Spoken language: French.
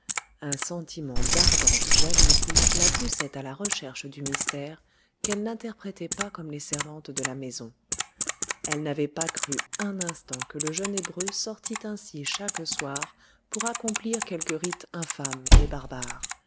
un sentiment d'ardente jalousie la poussait à la recherche du mystère qu'elle n'interprétait pas comme les servantes de la maison elle n'avait pas cru un instant que le jeune hébreu sortît ainsi chaque soir pour accomplir quelque rite infâme et barbare